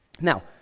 Now